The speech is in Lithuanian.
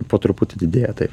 po truputį didėja taip